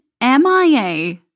MIA